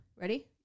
Ready